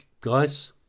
guys